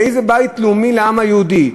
באיזה בית לאומי לעם היהודי,